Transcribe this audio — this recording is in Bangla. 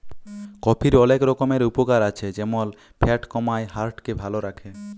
কফির অলেক রকমের উপকার আছে যেমল ফ্যাট কমায়, হার্ট কে ভাল ক্যরে